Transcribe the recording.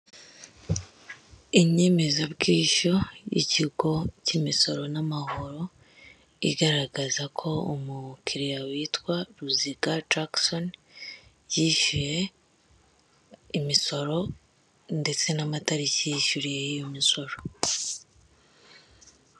Inyemezabwishyu y'ikigo cy'imisoro n'amahoro, igaragaza ko umukiliya witwa Ruziga Jackson yishyuye imisoro ndetse n'amatariki yishyuriyeho iyo misoro.